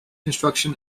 construction